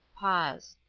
pause.